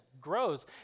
grows